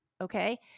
okay